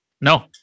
No